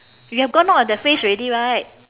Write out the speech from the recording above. you have gone out on that phase already right